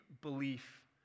belief